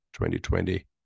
2020